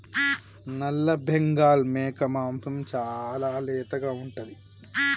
నల్లబెంగాల్ మేక మాంసం చాలా లేతగా ఉంటుంది